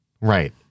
Right